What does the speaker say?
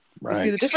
right